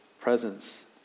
presence